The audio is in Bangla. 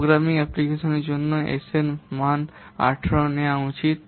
প্রোগ্রামিং অ্যাপ্লিকেশনগুলির জন্য S এর মান 18 হিসাবে নেওয়া উচিত